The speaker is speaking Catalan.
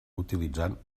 utilitzant